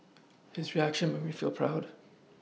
his reaction made me feel proud